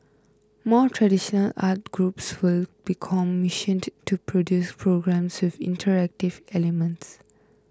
more traditional arts groups will be commissioned to produce programmes with interactive elements